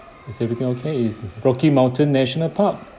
is everything okay is rocky mountain national park